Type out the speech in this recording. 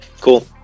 Cool